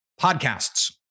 podcasts